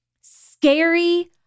scary